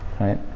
Right